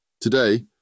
Today